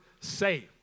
say